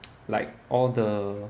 like all the